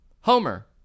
Homer